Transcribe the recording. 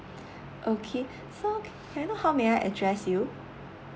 okay so can I know how may I address you